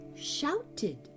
shouted